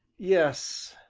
yes,